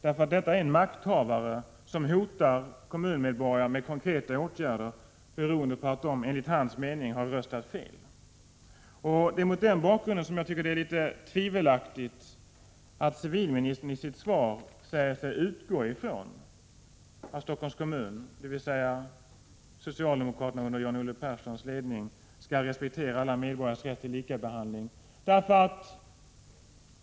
Det är nämligen en makthavare som hotar kommunmedborgarna med konkreta åtgärder därför att de enligt hans mening har röstat fel. Det är mot den bakgrunden som jag tycker att det är tvivelaktigt att civilministern i sitt svar säger sig utgå från att Stockholms kommun, dvs. socialdemokraterna under John-Olle Perssons ledning, skall respektera alla medborgares rätt till lika behandling.